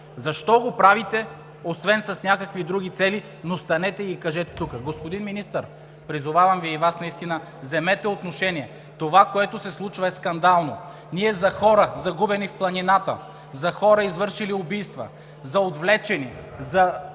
Защо го правите освен с някакви други цели? Но станете и кажете тук! Господин Министър, призовавам Ви и Вас наистина, вземете отношение! Това, което се случва, е скандално. Ние за хора, загубени в планината, за хора, извършили убийства, за отвлечени, за